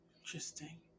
Interesting